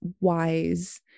wise